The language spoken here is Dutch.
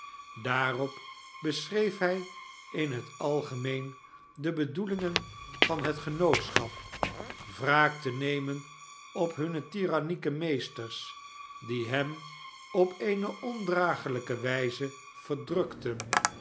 daarop beschreef hij in het algemeen de bedoelingen van het genootschap wraak te nemen op hunne tirannieke meesters die hen op eene ondragelijke wijze verdrukten en